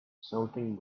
something